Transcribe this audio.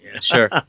Sure